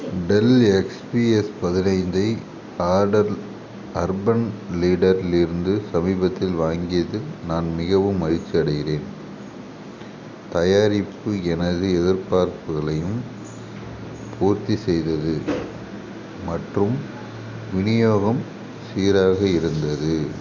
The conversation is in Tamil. டெல் எக்ஸ் பி எஸ் பதினைந்து ஐ ஆர்டர் அர்பன் லிடர் லிருந்து சமீபத்தில் வாங்கியது நான் மிகவும் மகிழ்ச்சி அடைகிறேன் தயாரிப்பு எனது எதிர்பார்ப்புகளையும் பூர்த்தி செய்தது மற்றும் விநியோகம் சீராக இருந்தது